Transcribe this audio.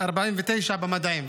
49 במדעים.